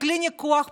ככלי ניגוח פוליטי.